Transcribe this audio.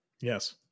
Yes